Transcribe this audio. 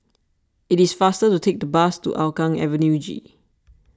it is faster to take the bus to Hougang Avenue G